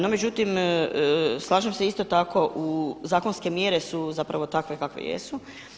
No međutim, slažem se isto tako, zakonske mjere su zapravo takve kakve jesu.